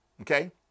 Okay